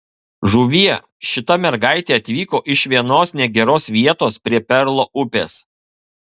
žuvie šita mergaitė atvyko iš vienos negeros vietos prie perlo upės